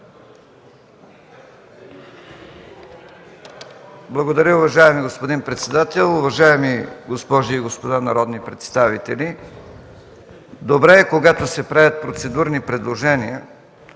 Благодаря, уважаеми господин председател. Уважаеми госпожи и господа народни представители, добре е, когато се правят процедурни предложения,